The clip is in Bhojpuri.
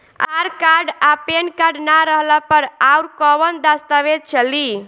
आधार कार्ड आ पेन कार्ड ना रहला पर अउरकवन दस्तावेज चली?